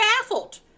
baffled